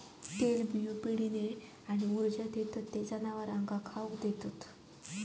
तेलबियो पिढीने आणि ऊर्जा देतत ते जनावरांका खाउक देतत